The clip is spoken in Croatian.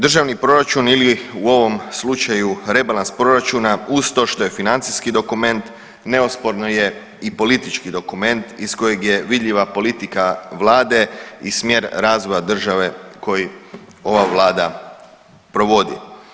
Državni proračun ili u ovom slučaju rebalans proračuna uz to što je financijski dokument neosporno je i politički dokument iz kojeg je vidljiva politika vlade i smjer razvoja države koji ova vlada provodi.